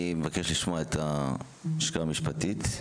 אני מבקש לשמוע את הלשכה המשפטית.